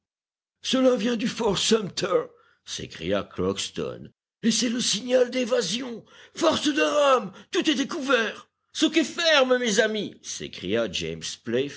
cela vient du fort sumter s'écria crockston et c'est le signal d'évasion force de rames tout est découvert souquez ferme mes amis s'écria james